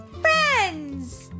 Friends